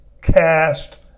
cast